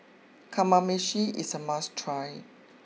Kamameshi is a must try